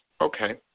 Okay